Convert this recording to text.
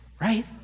Right